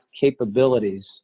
capabilities